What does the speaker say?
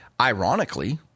Ironically